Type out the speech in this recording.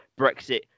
brexit